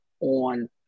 on –